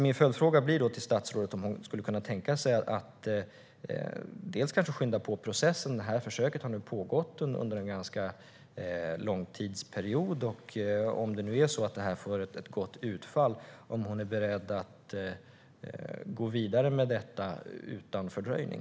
Min följdfråga till statsrådet blir då om hon skulle kunna tänka sig att skynda på processen. Det här försöket har pågått under en ganska lång tidsperiod. Om försöket får ett gott utfall, är hon då beredd att gå vidare med detta utan fördröjning?